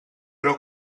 però